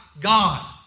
God